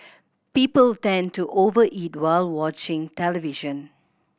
people tend to over eat while watching television